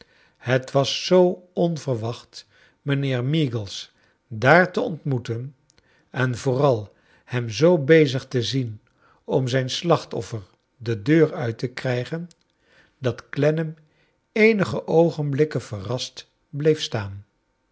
het was zoo onverwacht mijnheer meagles daar te ontmoeten en vooral hem zoo bezig te zien om zijn slacht offer de deur uit te krijgen dat clennam eenige oogenblikken verrast bleef staan